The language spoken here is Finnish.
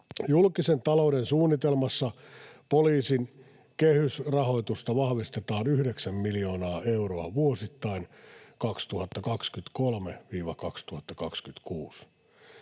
Julkisen talouden suunnitelmassa poliisin kehysrahoitusta vahvistetaan yhdeksän miljoonaa euroa vuosittain 2023—2026.